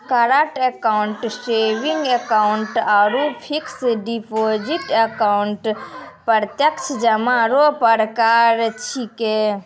current account saving account आरु fix deposit account प्रत्यक्ष जमा रो प्रकार छिकै